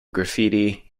graffiti